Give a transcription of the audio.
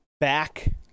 back